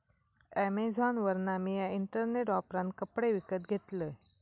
अॅमेझॉनवरना मिया इंटरनेट वापरान कपडे विकत घेतलंय